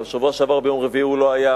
גם ביום רביעי בשבוע שעבר הוא לא היה.